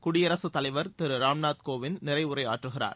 குடியரசுதலைவர் Thiru Ramnath Kovind நிறைவுரையாற்றுகிறார்